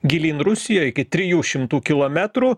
gilyn rusijoj iki trijų šimtų kilometrų